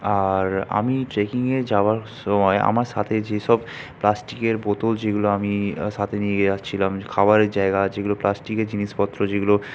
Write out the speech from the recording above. আর আমি ট্রেকিংয়ে যাওয়ার সময় আমার সাথে যেসব প্লাস্টিকের বোতল যেগুলো আমি সাথে নিয়ে যাচ্ছিলাম খাওয়ারের জায়গা যেগুলো প্লাস্টিকের জিনিসপত্র যেগুলো